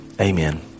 Amen